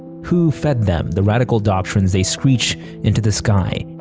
who fed them the radical doctrines they screech into the sky?